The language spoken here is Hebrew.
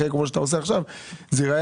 אחרי כל מה שאתה עושה עכשיו זה ייראה